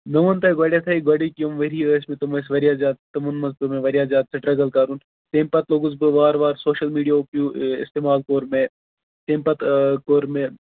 مےٚ وون تۄہہ گۄڑنٮ۪تھے گۄڑنِکہِ یِم ؤری ٲسۍ مےٚ تِم ٲسۍ مےٚ واریاہ زیادٕ تِمَن منٛز میٚو مےٚ واریاہ زیادٕ سِٹرَگٕل کَرُن تَمہِ پَتہٕ لوگُس بہٕ وارٕ وارٕ سوشَل میڈیاہُک استِعمال کوٚر مےٚ تَمہِ پَتہٕ کوٚر مےٚ